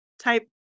type